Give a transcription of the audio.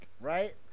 right